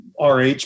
RH